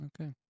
Okay